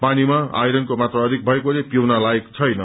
पानीमा आइरनको मात्रा अधिक भएकोले पिउन लायक छैन